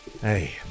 Hey